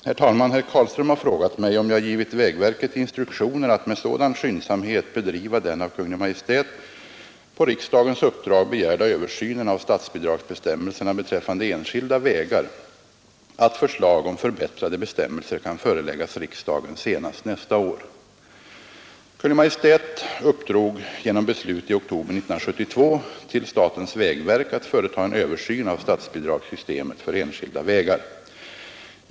Herr talman! Herr Carlström har frågat mig om jag givit vägverket instruktioner att med sådan skyndsamhet bedriva den av Kungl. Maj:t på riksdagens uppdrag begärda översynen av statsbidragsbestämmelserna beträffande enskilda vägar att förslag om förbättrade bestämmelser kan föreläggas riksdagen senast nästa år. Kungl. Maj:t uppdrog genom beslut i oktober 1972 till statens vägverk att företa en översyn av statsbidragssystemet för enskilda vägar.